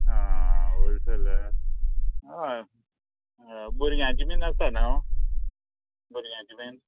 आ wholesaler हय भुरग्यांचे बीन आसता न्हू भुरग्यांचे बीन